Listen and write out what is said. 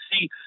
see